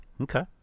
Okay